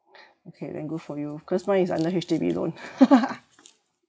okay then good for you cause mine is under H_D_B loan